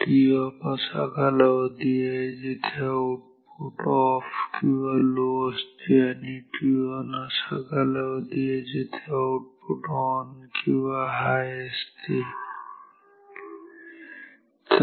TOFF असा कालावधी आहे जिथे आउटपुट ऑफ किंवा लो असते TON असा कालावधी आहे जिथे आउटपुट ऑन किंवा हाय असते ठीक आहे